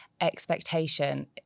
expectation